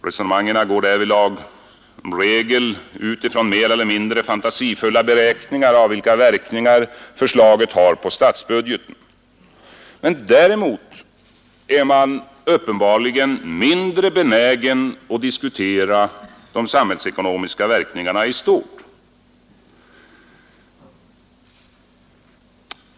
Resonemangen går därvidlag ut från mer eller mindre fantasifulla beräkningar av vilka verkningar förslaget har på statsbudgeten. Däremot är man uppenbarligen mindre benägen att diskutera de samhällsekonomiska verkningarna i stort.